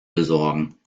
besorgen